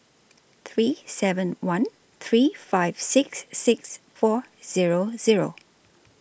three seven one three five six six four Zero Zero